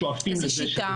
איזו שיטה?